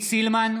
סילמן,